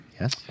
Yes